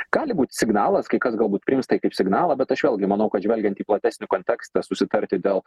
gali būt signalas kai kas galbūt priims tai kaip signalą bet aš vėlgi manau kad žvelgiant į platesnį kontekstą susitarti dėl